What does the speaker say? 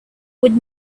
would